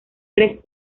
tres